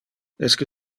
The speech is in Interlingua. esque